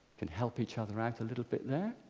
can help each other act a little bit there.